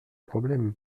problème